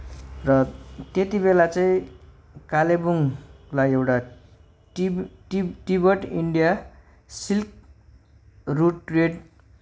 र त्यतिबेला चाहिँ कालिम्पोङलाई एउटा टि ति Tibet India silk route trade